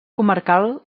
comarcal